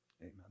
Amen